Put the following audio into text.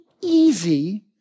easy